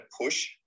push